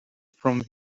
from